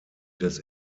des